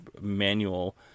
manual